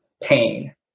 pain